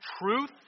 truth